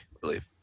believe